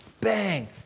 Bang